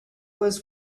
was